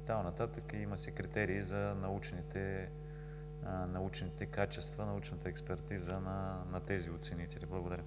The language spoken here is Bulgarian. От там нататък, има си критерии за научните качества, научната експертиза на тези оценители. Благодаря.